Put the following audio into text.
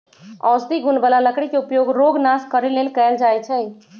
औषधि गुण बला लकड़ी के उपयोग रोग नाश करे लेल कएल जाइ छइ